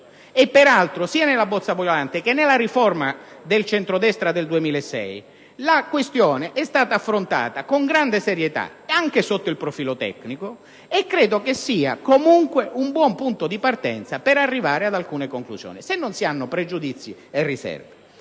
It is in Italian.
peraltro, sia nella cosiddetta bozza Violante che nella riforma del centrodestra del 2006, la questione è stata affrontata con grande serietà anche sotto il profilo tecnico, e credo che sia comunque un buon punto di partenza per arrivare ad alcune conclusioni. Se non si hanno pregiudizi e riserve.